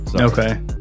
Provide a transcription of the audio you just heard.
Okay